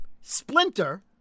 Splinter